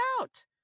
out